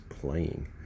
playing